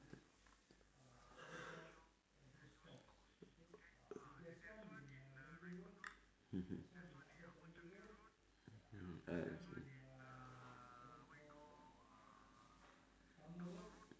mmhmm ah I see